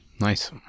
Nice